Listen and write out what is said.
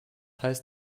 heißt